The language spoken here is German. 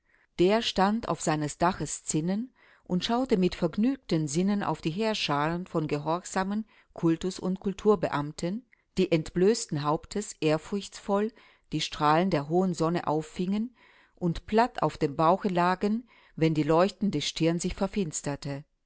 der stand auf seines daches zinnen und schaute mit vergnügten sinnen auf die heerscharen von gehorsamen kultus und kulturbeamten die entblößten hauptes ehrfurchtsvoll die strahlen der hohen sonne auffingen und platt auf dem bauche lagen wenn die leuchtende stirn sich verfinsterte